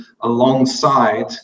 alongside